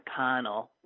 McConnell